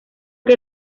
que